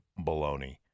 baloney